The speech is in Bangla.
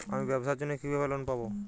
আমি ব্যবসার জন্য কিভাবে লোন পাব?